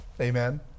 Amen